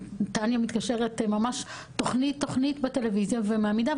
תניה מתקשרת ממש תוכנית תוכנית בטלוויזיה ומעמידה,